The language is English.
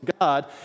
God